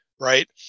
right